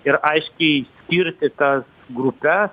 ir aiškiai skirti tas grupes